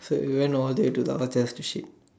so you went all the way to the hotel just to shit